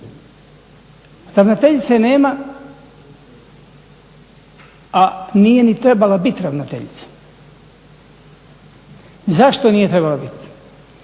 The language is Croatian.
Ravnateljice nema a nije ni trebala ni biti ravnateljica. Zašto nije trebala biti?